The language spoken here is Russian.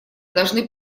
должны